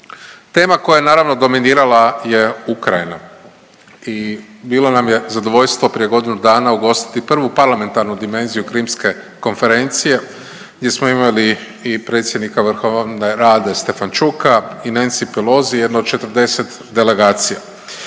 Tema koja je naravno dominirala je Ukrajina i bilo nam je zadovoljstvo prije godinu dana ugostiti prvu parlamentarnu dimenziju krimske konferencije gdje smo imali i predsjednika Vrhovne Rade Stefan Čuka i Nancy Pelosi jedno od 40 delegacija.